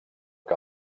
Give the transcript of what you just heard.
que